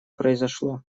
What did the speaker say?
произошло